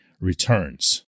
returns